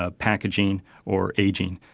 ah packaging or aging.